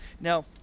Now